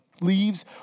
leaves